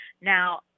Now